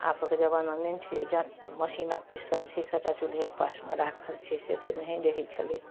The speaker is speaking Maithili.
आबके जमाना नहि ने छै मशीनके पिसल से सबटा चुल्हेके पासमे राखल छै से तऽ नहिए रहै छलै